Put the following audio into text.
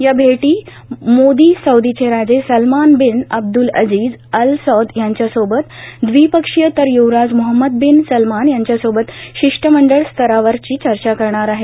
या भैटी मोदी सौदीचे राजे Salman bin Abdulaziz Al Saud यांच्यासोबत दविपक्षीय तर युवराज मोहम्मद बीन सलमान यांच्यासोबत शिष्टमंडळ स्तररावरची चर्चा करणार आहेत